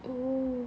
oh